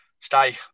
Stay